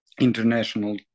international